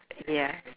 ya